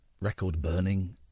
record-burning